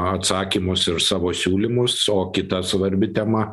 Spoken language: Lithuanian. atsakymus ir savo siūlymus o kita svarbi tema